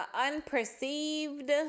unperceived